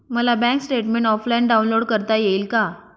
मला bank statement offline download करता येईल का?